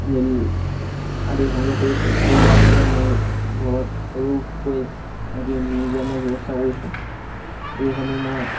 L আদি সংগ্ৰহ কৰিছোঁ আৰু ইয়াৰ বাবে মোৰ ঘৰত সৰুকৈ এটি মিউজিয়ামৰ ব্যৱস্থা কৰিছোঁ এইসমূহ মই